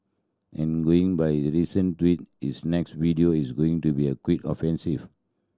and going by his recent tweet his next video is going to be a quite offensive